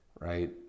right